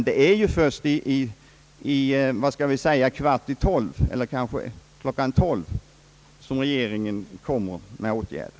Det är ju först en kvart i tolv — eller kanske klockan tolv — som regeringen vidtar åtgärder.